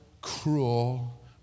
cruel